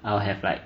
I will have like